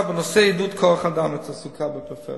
בנושא עידוד כוח-אדם לתעסוקה בפריפריה,